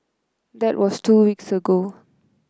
that was two weeks ago